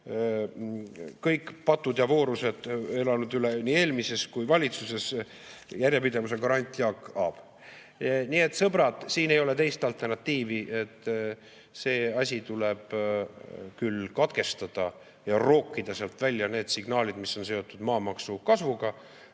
kõik patud ja voorused üle elanud nii eelmises kui [praeguses] valitsuses, järjepidevuse garant Jaak Aab. Sõbrad, siin ei ole teist alternatiivi. See asi tuleb katkestada ja rookida sealt välja need signaalid, mis on seotud maamaksu kasvuga.